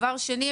דבר שני,